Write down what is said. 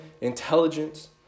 intelligence